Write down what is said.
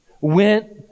went